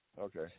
Okay